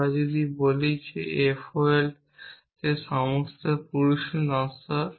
আমরা বলি যে FOL তে সব পুরুষই নশ্বর